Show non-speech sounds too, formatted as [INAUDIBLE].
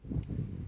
[BREATH]